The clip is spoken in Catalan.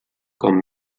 com